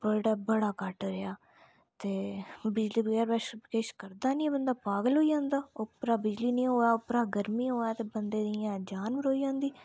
बड़ा बड़ा कट रेहा ते बिजली बगैर किश करदा नेईं बंदा पागल होई जंदा उप्परा बिजली नी होऐ उप्परा गर्मी होऐ ते बन्दे दी इ'यां जान मरोई जंदी